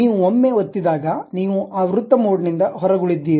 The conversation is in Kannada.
ನೀವು ಒಮ್ಮೆ ಒತ್ತಿದಾಗ ನೀವು ಆ ವೃತ್ತ ಮೋಡ್ ನಿಂದ ಹೊರಗುಳಿದಿದ್ದೀರಿ